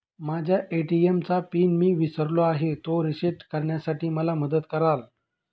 माझ्या ए.टी.एम चा पिन मी विसरलो आहे, तो रिसेट करण्यासाठी मला मदत कराल?